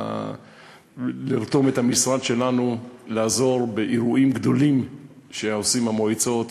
לרתום את המשרד שלנו לעזור באירועים גדולים שעושות המועצות,